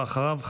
ואחריו,